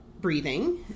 breathing